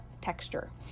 texture